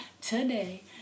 today